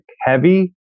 heavy